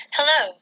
Hello